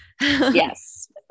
yes